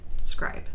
scribe